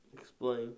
Explain